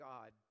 God